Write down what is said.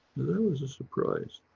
that was a surprise.